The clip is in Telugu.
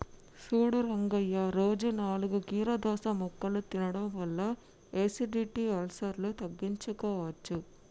సూడు రంగయ్య రోజు నాలుగు కీరదోస ముక్కలు తినడం వల్ల ఎసిడిటి, అల్సర్ను తగ్గించుకోవచ్చు